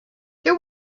there